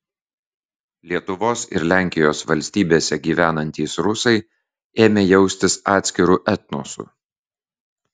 lietuvos ir lenkijos valstybėse gyvenantys rusai ėmė jaustis atskiru etnosu